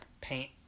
Paint